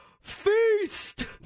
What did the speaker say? feast